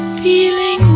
feeling